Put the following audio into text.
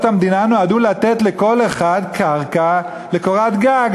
המדינה נועדו לתת לכל אחד קרקע לקורת גג,